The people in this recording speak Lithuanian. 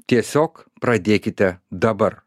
tiesiog pradėkite dabar